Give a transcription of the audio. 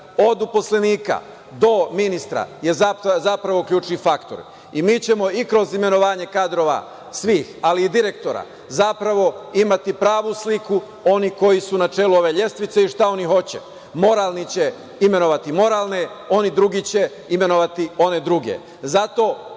od uposlenika do ministra, je zapravo ključni faktor. Mi ćemo i kroz imenovanje kadrova svih, ali i direktora, zapravo imati pravu sliku onih koji su na čelu ove lestvice i šta oni hoće. Moralni će imenovati moralne, a oni drugi će imenovati one druge.